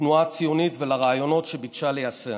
לתנועה הציונית ולרעיונות שביקשה ליישם.